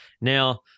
Now